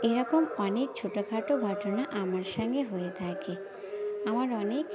এরকম অনেক ছোটোখাটো ঘটনা আমার সঙ্গে হয়ে থাকে আমার অনেক